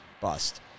bust